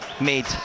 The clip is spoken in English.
made